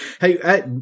Hey